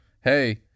hey